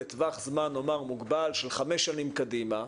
לטווח זמן מוגבל של חמש שנים קדימה,